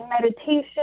meditation